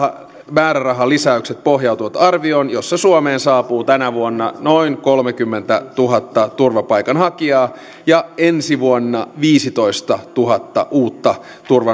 määrärahalisäykset pohjautuvat arvioon jossa suomeen saapuu tänä vuonna noin kolmekymmentätuhatta turvapaikanhakijaa ja ensi vuonna viisitoistatuhatta uutta